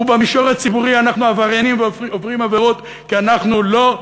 ובמישור הציבורי אנחנו עבריינים ועוברים עבירות כי אנחנו לא,